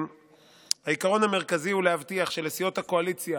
העיקרון המרכזי הוא להבטיח שלסיעות הקואליציה